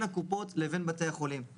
קופת החולים,